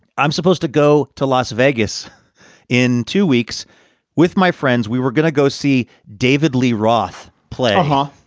i'm supposed to go to las vegas in two weeks with my friends. we were gonna go see david lee roth play, huh?